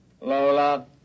Lola